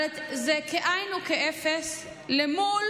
אבל זה כאין וכאפס מול